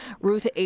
Ruth